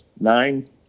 nine